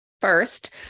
First